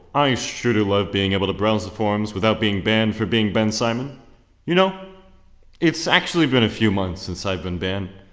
i sure do love being able to browse the forums without being banned for being ben simon you know it's actually been a few months since i've been banned.